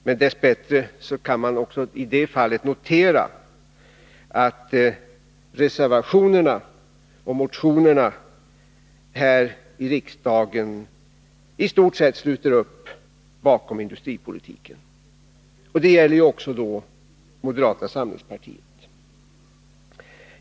Men dess bättre kan vi också i det fallet notera att man i reservationerna och motionerna här i riksdagen i stort sett sluter upp bakom industripolitiken. Detsamma gäller också moderata samlingspartiet.